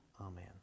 Amen